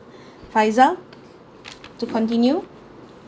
faizal to continue